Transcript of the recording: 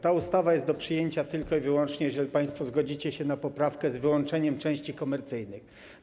Ta ustawa jest do przyjęcia tylko i wyłącznie, jeżeli państwo zgodzicie się na poprawkę z wyłączeniem części komercyjnej.